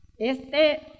este